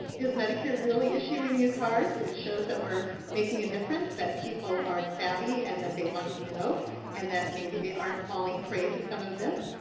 is medicare really issuing new cards? it shows that we're making a difference, that people are savvy, and that they want to know and that maybe they aren't falling prey to some of this.